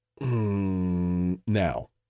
Now